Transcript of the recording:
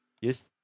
Yes